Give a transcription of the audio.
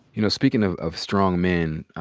you know, speaking of of strong men,